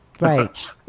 right